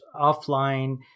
offline